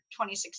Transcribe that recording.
2016